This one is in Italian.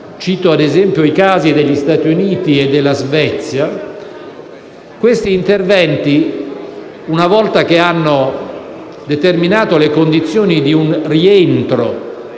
(cito, ad esempio, i casi degli Stati Uniti e della Svezia), una volta che hanno determinato le condizioni di un rientro